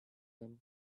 them